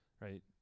right